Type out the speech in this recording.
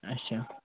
اچھا